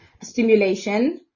stimulation